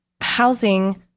housing